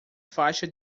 faixa